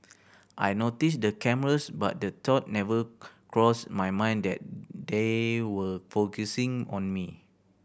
I noticed the cameras but the thought never crossed my mind that they were focusing on me